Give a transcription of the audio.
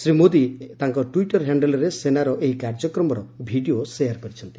ଶ୍ରୀ ମୋଦୀ ତାଙ୍କ ଟ୍ୱିଟର ହ୍ୟାଣ୍ଡଲରେ ସେନାର ଏହି କାର୍ଯ୍ୟକ୍ରମର ଭିଡ଼ିଓ ସେୟାର କରିଛନ୍ତି